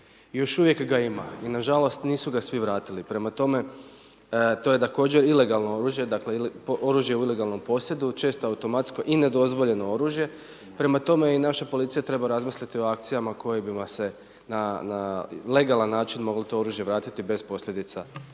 još uvijek ga ima i na žalost nisu ga svi vratili. Prema tome, to je također ilegalno oružje, oružje u ilegalnom posjedu, često automatsko i nedozvoljeno oružje. Prema tome, i naša policija treba razmisliti o akcijama kojima bi se na legalan način to oružje moglo vratiti bez posljedica